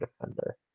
defender